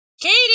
Katie